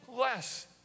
less